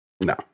No